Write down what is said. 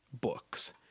books